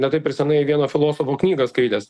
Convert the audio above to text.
ne taip ir senai vieno filosofo knygą skaitęs